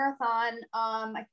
marathon